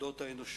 בתולדות האנושות.